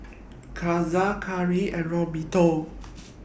Caesar Garey and Roberto